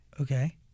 Okay